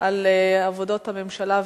על עבודת הממשלה,